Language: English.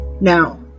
Now